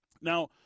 Now